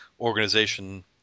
organization